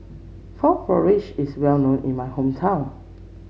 Frog Porridge is well known in my hometown